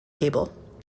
cable